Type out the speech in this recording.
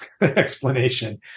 explanation